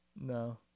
No